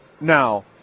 Now